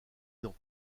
dans